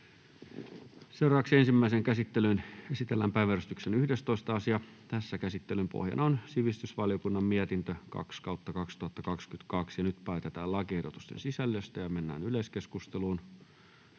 Content: Ensimmäiseen käsittelyyn esitellään päiväjärjestyksen 12. asia. Käsittelyn pohjana on talousvaliokunnan mietintö TaVM 2/2022 vp. Nyt päätetään lakiehdotusten sisällöstä. — Yleiskeskusteluun,